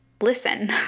listen